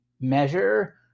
measure